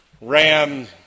Ram